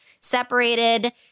separated